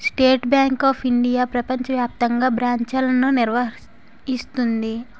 state bank of India ప్రపంచ వ్యాప్తంగా బ్రాంచ్లను నిర్వహిస్తుంది